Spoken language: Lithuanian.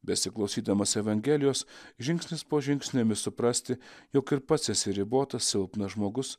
besiklausydamas evangelijos žingsnis po žingsnio imi suprasti jog ir pats esi ribotas silpnas žmogus